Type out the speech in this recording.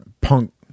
punk